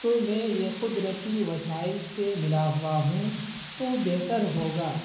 تو میں یہ قدرتی وسائل سے ملا ہوا ہوں تو بہتر ہوگا